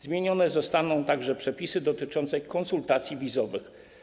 Zmienione zostaną także przepisy dotyczące konsultacji wizowych.